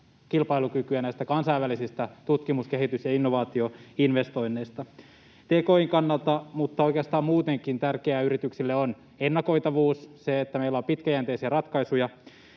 kilpailukykyä näistä kansainvälisistä tutkimus-, kehitys- ja innovaatioinvestoinneista? Tki:n kannalta, mutta oikeastaan muutenkin, tärkeää yrityksille on ennakoitavuus, se, että meillä on pitkäjänteisiä ratkaisuja.